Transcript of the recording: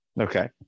Okay